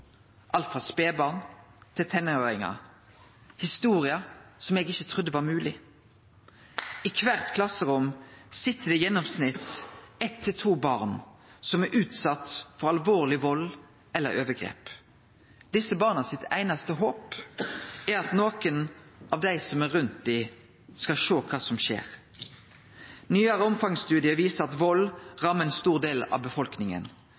alt frå spedbarn til tenåringar – historier som eg ikkje trudde var moglege. I kvart klasserom sit det i gjennomsnitt eitt til to barn som er utsette for alvorleg vald eller overgrep. Det einaste håpet desse barna har, er at nokon av dei som er rundt dei, skal sjå kva som skjer. Nyare omfangsstudiar viser at vald rammar ein stor del av befolkninga